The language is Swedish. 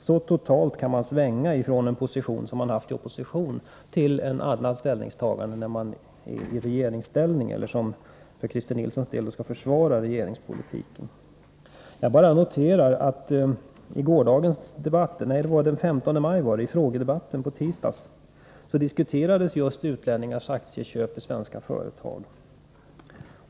Så totalt kan man svänga från en position som man haft i opposition till ett annat ställningstagande när man är i regeringsställning eller, som Christer Nilsson, skall försvara regeringspolitiken. I frågedebatten den 15 maj diskuterades just utlänningars aktieköp i svenska företag.